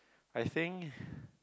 I think